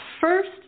first